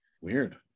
weird